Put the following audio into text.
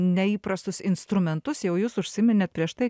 neįprastus instrumentus jau jūs užsiminėt prieš tai